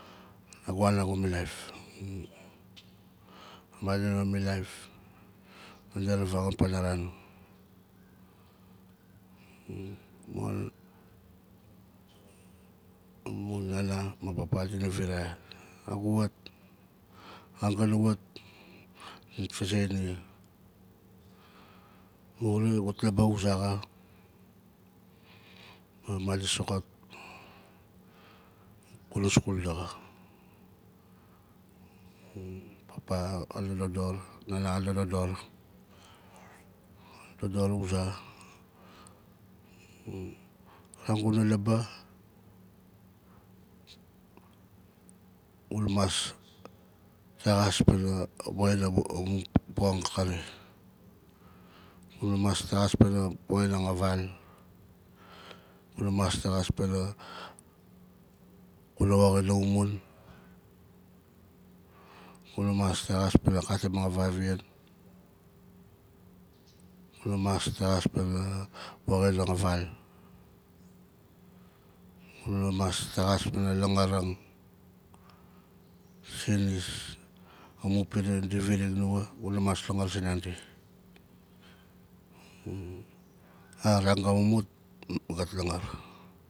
Nagu wan nagu milaif madina milaif, madina ravangon panaran amun nana ma papa dina virai nagu wat a ran ga na wat dinat vazei nia "gut labaa wuza xa, ma madi soxot gu na skul daxa" papa xa na dodor nana xa na dodor dodor wuza aran gu na labaa gu nha mas texas panaa woxin amun poxin akari gu na mas texas panaa poxin a val gu na mas texas panna gu na woxin a xumun gu na mas texas panaa katimang a vavian gu na mas texas panaa poxinang a val gu na mas texas panaa laangarang sinis amun piran di viring nua gu na mas langar zinandi a ran ga mumut gat langar